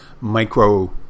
micro